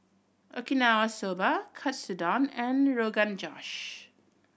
Okinawa Soba Katsudon and Rogan Josh